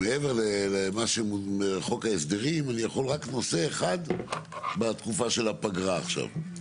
שמעבר לחוק ההסדרים אני יכול רק נושא אחד בתקופה של הפגרה עכשיו.